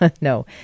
no